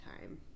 time